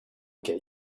get